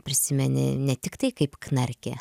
prisimeni ne tiktai kaip knarkė